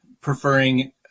preferring